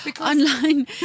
online